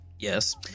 yes